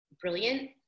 brilliant